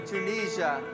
Tunisia